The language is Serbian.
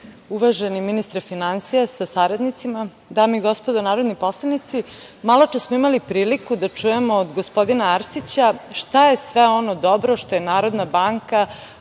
ministre finansija sa saradnicima, dame i gospodo narodni poslanici, maločas smo imali priliku da čujemo od gospodina Arsića šta je sve ono dobro što je Narodna banka